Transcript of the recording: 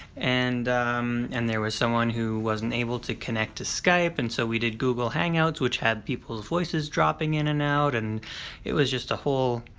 and and there was someone who wasn't able to connect to skype, and so we did google hangouts, which had people's voices dropping in and out, and it was just a whole.